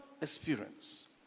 experience